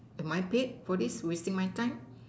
am I paid for this wasting my time